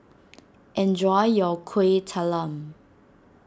enjoy your Kueh Talam